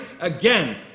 again